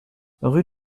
rue